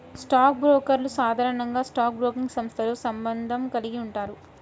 stock బ్రోకర్లు సాధారణంగా stock broking సంస్థతో సంబంధం కలిగి ఉంటారు